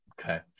Okay